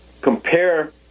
compare